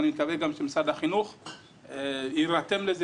ואני מקווה גם שמשרד החינוך יירתם לזה,